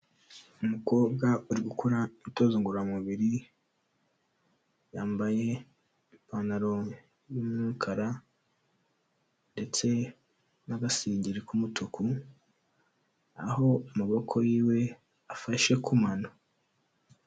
Umukobwa uri gukora imyitozo ngororamubiri, yambaye ipantaro y'umukara ndetse n'agasengeri k'umutuku, aho amaboko yiwe afashe ku mano.